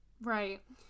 Right